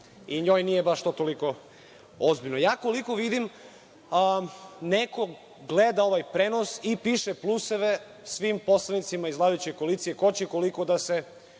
i njoj nije to baš toliko ozbiljno. Koliko vidim neko gleda ovaj prenos i piše pluseve svim poslanicima iz vladajuće koalicije ko će koliko da se